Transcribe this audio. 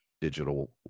digital